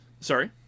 sorry